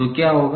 तो क्या होगा